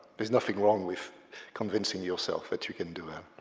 there's nothing wrong with convincing yourself that you can do um